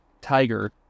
Tiger